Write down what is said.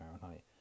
Fahrenheit